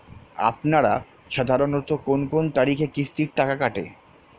আপনারা সাধারণত কোন কোন তারিখে কিস্তির টাকা কাটে?